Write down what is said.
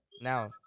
Now